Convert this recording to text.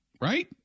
right